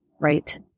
right